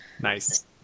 nice